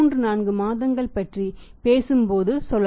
34 மாதங்கள் பற்றி பேசும்போது சொல்லலாம்